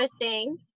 interesting